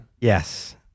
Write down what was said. Yes